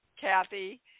Kathy